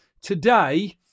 Today